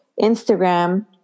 Instagram